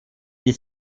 die